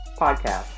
Podcast